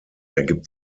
ergibt